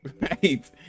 Right